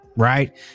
Right